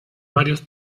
varios